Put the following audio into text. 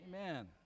Amen